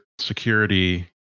security